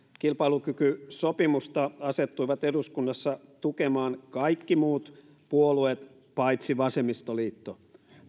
kilpailukykysopimusta asettuivat eduskunnassa tukemaan kaikki muut puolueet paitsi vasemmistoliitto